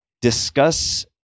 discuss